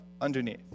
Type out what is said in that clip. underneath